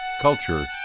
culture